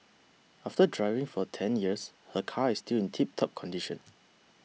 after driving for ten years her car is still in tiptop condition